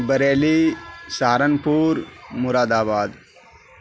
Bareilly Saharanpur Moradabad